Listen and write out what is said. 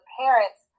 parents